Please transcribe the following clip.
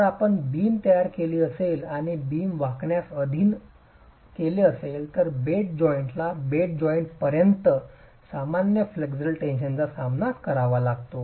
जर आपण बिम तयार केली असेल आणि बिम वाकण्यास अधीन केले असेल तर बेड जॉवीटला बेड जॉइंटपर्यंत सामान्य फ्लेक्चरल टेन्शनचा सामना करावा लागतो